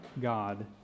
God